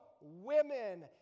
women